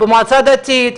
במועצה הדתית,